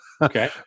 Okay